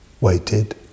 waited